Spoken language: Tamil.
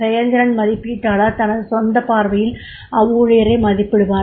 செயல்திறன் மதிப்பீட்டாளர் தனது சொந்த பார்வையில் அவ்வூழியரை மதிப்பிடுவார்